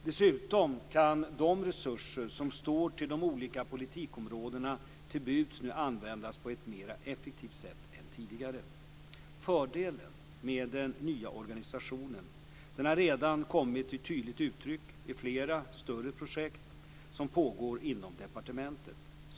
Dessutom kan de resurser som står de olika politikområdena till buds nu användas på ett mera effektivt sätt än tidigare. Fördelen med den nya organisationen har redan kommit till tydligt uttryck i flera större projekt som pågår inom departementet.